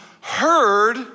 heard